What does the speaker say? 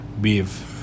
Beef